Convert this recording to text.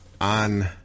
on